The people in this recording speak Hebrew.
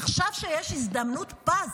עכשיו שיש הזדמנות פז